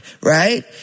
right